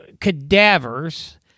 cadavers